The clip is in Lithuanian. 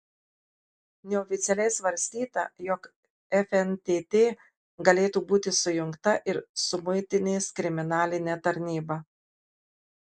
neoficialiai svarstyta jog fntt galėtų būti sujungta ir su muitinės kriminaline tarnyba